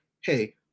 Hey